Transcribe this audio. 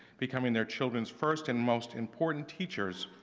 becoming their children's first and most important teachers.